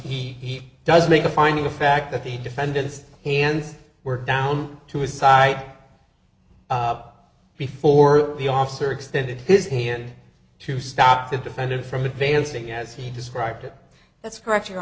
he does make a finding of fact that the defendant's hands were down to his side before the officer extended his hand to stop the defendant from advancing as he described it that's correct your